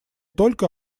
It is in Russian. только